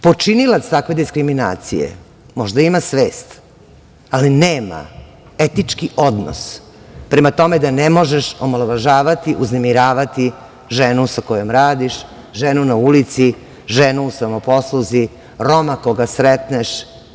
Počinilac takve diskriminacije možda ima svest, ali nema etički odnos prema tome da ne možeš omalovažavati, uznemiravati ženu sa kojom radiš, ženu na ulici, ženu u samoposluzi, Roma koga sretneš.